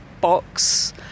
box